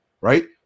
Right